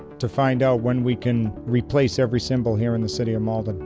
to find out when we can replace every symbol here in the city of malden.